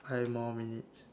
five more minutes